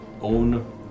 own